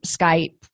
Skype